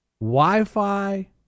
Wi-Fi